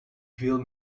veel